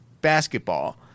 basketball